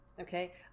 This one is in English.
okay